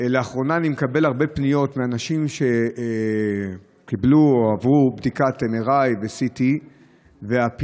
לאחרונה אני מקבל הרבה פניות מאנשים שעברו בדיקת MRI ו-CT והפענוח